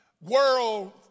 world